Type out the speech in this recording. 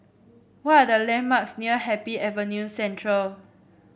what are the landmarks near Happy Avenue Central